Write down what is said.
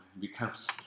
becomes